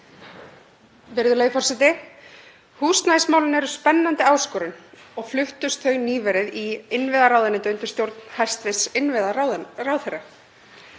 Virðulegur forseti. Húsnæðismálin eru spennandi áskorun og fluttust þau nýverið í innviðaráðuneytið og undir stjórn hæstv. innviðaráðherra.